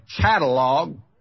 catalog